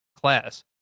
class